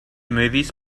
movies